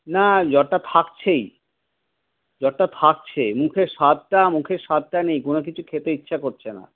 না জ্বরটা থাকছেই জ্বরটা থাকছে মুখের স্বাদটা মুখের স্বাদটা নেই কোনও কিছু খেতে ইচ্ছা করছে না